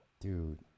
Dude